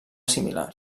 similar